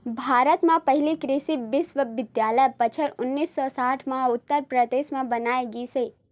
भारत म पहिली कृषि बिस्वबिद्यालय बछर उन्नीस सौ साठ म उत्तर परदेस म बनाए गिस हे